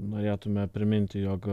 norėtume priminti jog